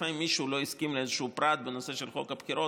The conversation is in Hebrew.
לפעמים מישהו לא הסכים לאיזשהו פרט בנושא של חוק הבחירות,